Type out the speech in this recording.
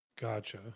gotcha